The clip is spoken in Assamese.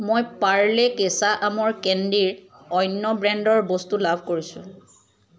মই পাৰ্লে কেঁচা আমৰ কেণ্ডিৰ অন্য ব্ৰেণ্ডৰ বস্তু লাভ কৰিছোঁ